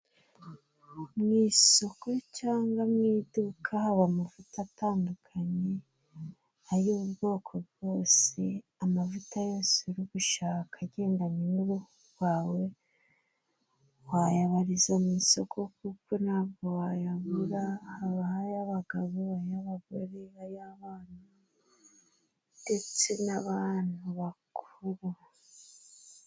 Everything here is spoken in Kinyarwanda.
Mu isoko cangwa mu iduka haba amavuta atandukanye, ay'ubwoko bwose. Amavuta yose uri gushaka agendanye n'uruhu rwawe, wayabariza mu isoko kuko ntabwo wayabura. Habaho ay'abagabo, ay'abagore, ay'abana ndetse n'abantu bakuru bose.